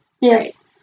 Yes